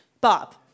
Bob